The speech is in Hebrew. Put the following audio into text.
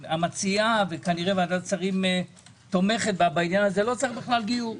המציעה וכנראה ועדת שרים תומכת בה בעניין הזה- לא צריך בכלל גיור.